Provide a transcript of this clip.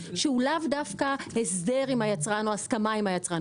שהם לאו דווקא בהסדר או בהסכמה עם היצרן.